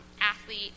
athlete